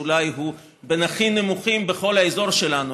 שהוא אולי בין הכי נמוכים בכל האזור שלנו,